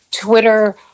Twitter